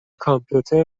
کامپیوتر